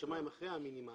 השמאי אחרי המינימלי.